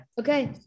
Okay